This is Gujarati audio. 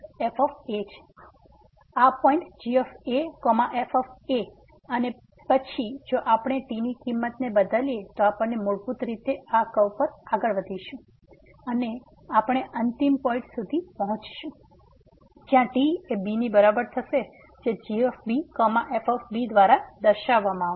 તેથી આ પોઈંટ g f અને પછી જો આપણે t ની કિમંત ને બદલીએ તો આપણે મૂળભૂત રીતે આ કર્વ પર આગળ વધીશું અને આપણે અંતિમ પોઈંટ સુધી પહોંચીશું જ્યાં t એ b ની બરાબર થશે જે g f દ્વારા દર્શાવામાં આવશે